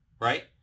right